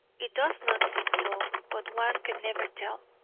it does not seem so, but one can never tell.